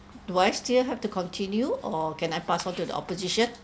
do I still have to continue or can I pass on to the opposition